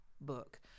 book